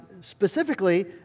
specifically